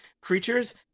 creatures